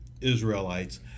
Israelites